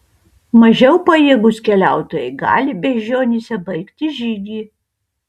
mažiau pajėgūs keliautojai gali beižionyse baigti žygį